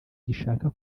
gishaka